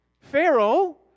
Pharaoh